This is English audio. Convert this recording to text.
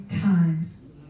times